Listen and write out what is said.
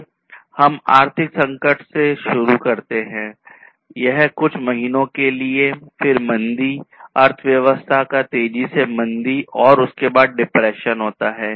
तो हम आर्थिक संकट से शुरू करते हैं तो यह होगा कुछ महीनों के लिए फिर मंदी अर्थव्यवस्था का तेजी से मंदी और उसके बाद डिप्रेशन होता है